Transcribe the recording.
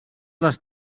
les